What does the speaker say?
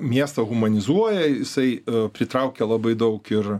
miestą humanizuoja jisai pritraukia labai daug ir